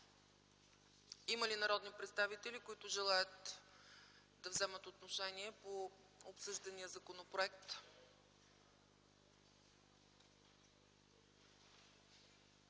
Има ли народни представители, които желаят да вземат отношение по обсъждания законопроект?